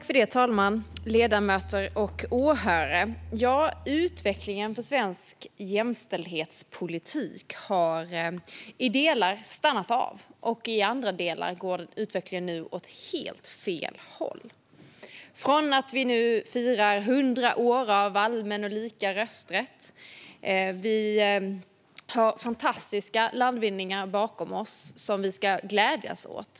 Fru talman, ledamöter och åhörare! Utvecklingen för svensk jämställdhetspolitik har i vissa delar stannat av, och i andra delar går den åt helt fel håll. Vi firar nu 100 år av allmän och lika rösträtt och har fantastiska landvinningar bakom oss att glädjas åt.